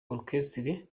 orchestre